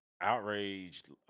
outraged